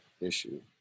issue